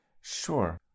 Sure